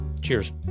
cheers